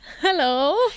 hello